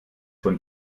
von